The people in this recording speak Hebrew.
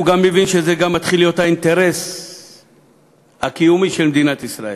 הוא גם מבין שזה גם מתחיל להיות האינטרס הקיומי של מדינת ישראל.